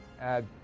add